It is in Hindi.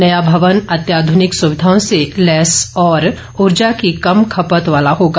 नया भवन अत्याधनिक सुविधाओं से लैस और उर्जा की कम खपत वाला होगा